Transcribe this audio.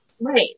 Right